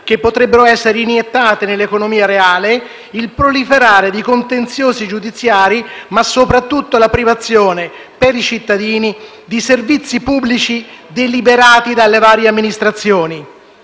che potrebbero essere iniettate nell'economia reale, il proliferare di contenziosi giudiziari, ma soprattutto la privazione, per i cittadini, di servizi pubblici deliberati dalle varie amministrazioni.